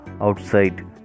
outside